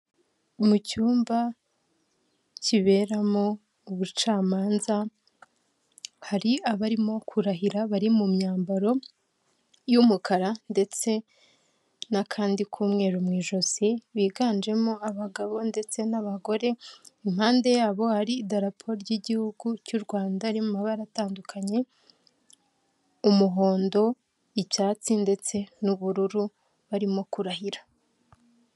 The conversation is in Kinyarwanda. Mu cyumba kiberamo ubucamanza hari abarimo kurahira bari mu myambaro y'umukara ndetse n'akandi k'umweru mu ijosi biganjemo abagabo ndetse n'abagore impande yabo hari idarapo ry'igihugu cy'u rwanda riri mu mabara atandukanye umuhondo, icyatsi ndetse n'ubururu barimo kurahira..